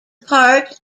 part